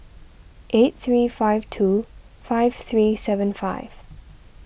eight three five two five three seven five